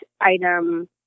item